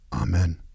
Amen